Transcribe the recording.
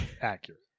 accurate